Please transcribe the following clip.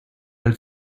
del